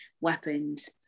weapons